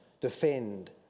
defend